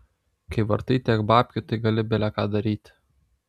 kai vartai tiek babkių tai gali bele ką daryti